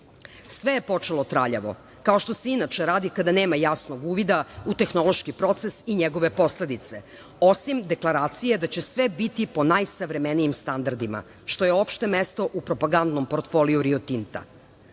Sve je počelo traljavo, kao što se i inače radi kada nema jasnog uvida u tehnološki proces i njegove posledice, osim deklaracije da će sve biti po najsavremenijim standardima, što je opšte mesto u propagandnom portfoliju „Rio Tinta“.Skup